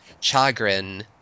Chagrin